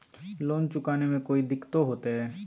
Loan चुकाने में कोई दिक्कतों होते?